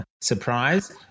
surprise